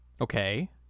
Okay